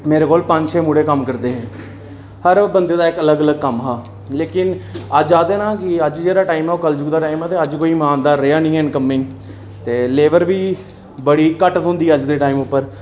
मेरे कोल पंज छे मुड़े कम्म करदे हे हर बंदे दा इक अलग अलग कम्म हा लेकिन अज्ज आखगे कि अज्ज जेह्ड़ा टाइम ऐ ओह् कलजुग दा टाइम ऐ ते अज्ज कोई इमानदार रेहा निं ऐ इन्ना कम्मै ई ते लेबर बी बड़ी घट्ट थ्होंदी अज्ज दे टाइम उप्पर